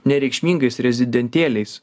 nereikšmingais rezidentėliais